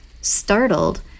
startled